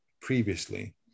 previously